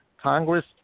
Congress